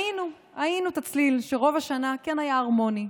ראינו את הצליל, שרוב השנה כן היה הרמוני.